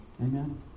Amen